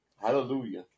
Hallelujah